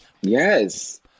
Yes